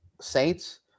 Saints